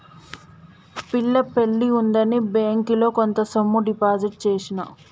పిల్ల పెళ్లి ఉందని బ్యేంకిలో కొంత సొమ్ము డిపాజిట్ చేసిన